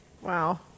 Wow